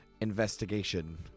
investigation